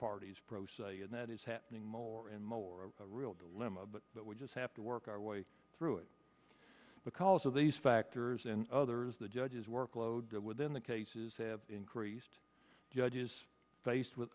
parties pro se and that is happening more and more real dilemma but that we just have to work our way through it because of these factors and others the judge's workload within the cases have increased judges faced with